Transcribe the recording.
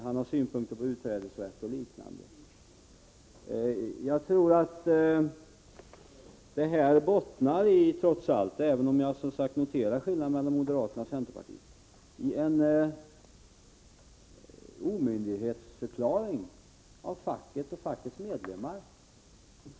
Han har vidare synpunkter på utträdesrätt och liknande. Även om jag som sagt noterar skillnaden mellan moderaterna och centerpartiet tror jag att detta trots allt bottnar i en omyndighetsförklaring av facket och fackets medlemmar.